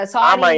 Sorry